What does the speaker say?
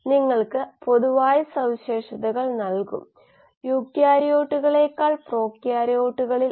ഉപാപചയ പ്രവാഹത്തിന്റെ കാര്യത്തിൽ ചരിത്രപരമായി ഓരോ സമയത്തും ഉള്ള മോളുകൾ അല്ലെങ്കിൽ മറ്റൊരു വിധത്തിൽ പറഞ്ഞാൽ നിരക്കാണ് ഫ്ലക്സ്നെ സൂചിപ്പിക്കുന്നതിന്